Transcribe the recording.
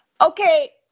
Okay